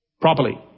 Properly